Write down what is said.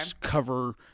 cover